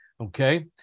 Okay